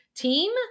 team